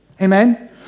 Amen